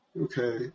okay